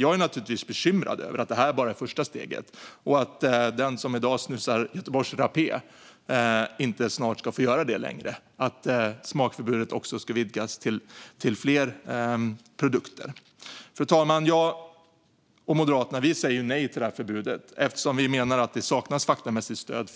Jag är naturligtvis bekymrad över att detta bara är första steget och att den som i dag snusar Göteborgs Rapé snart inte ska få göra det längre och att smakförbudet ska vidgas till fler produkter. Fru talman! Jag och Moderaterna säger nej till detta förbud eftersom vi menar att det saknas faktamässigt stöd